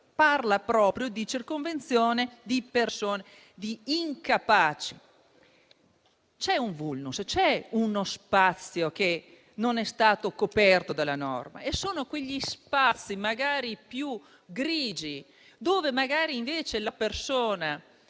parla proprio di circonvenzione di persone incapaci. C'è un *vulnus*, uno spazio che non è stato coperto dalla norma: sono quegli spazi grigi dove magari può trovarsi la persona